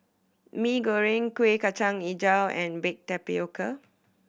Mee Goreng Kuih Kacang Hijau and baked tapioca